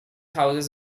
houses